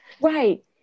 Right